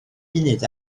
munud